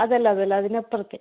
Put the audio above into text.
അതല്ല അതല്ല അതിനപ്പുറത്തെ